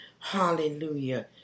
Hallelujah